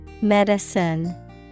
Medicine